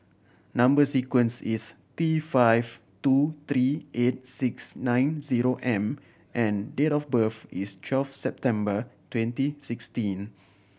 number sequence is T five two three eight six nine zero M and date of birth is twelve September twenty sixteen